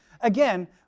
Again